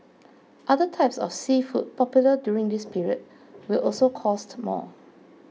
other types of seafood popular during this period will also cost more